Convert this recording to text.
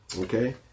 Okay